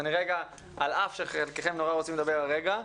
על אף שחלקכם רוצים לדבר הרגע,